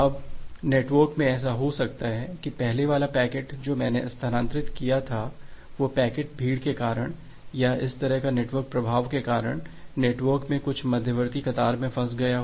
अब नेटवर्क में ऐसा हो सकता है कि पहले वाला पैकेट जो मैंने स्थानांतरित किया था वह पैकेट भीड़ के कारण या इस तरह का नेटवर्क प्रभाव के कारण नेटवर्क में कुछ मध्यवर्ती कतार में फंस गया हो